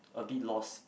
a bit lost